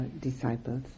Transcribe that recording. disciples